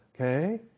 Okay